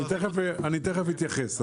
אני תכף אתייחס.